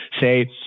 say